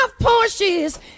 Porsches